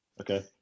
Okay